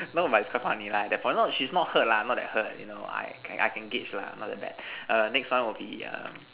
no but it's quite funny lah at that point no she's not hurt lah not that hurt you know I can I can gauge lah not that bad err next one will be um